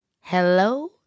Hello